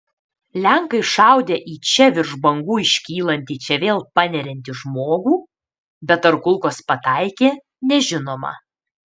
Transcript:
lenkai šaudę į čia virš bangų iškylantį čia vėl paneriantį žmogų bet ar kulkos pataikė nežinoma